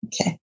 okay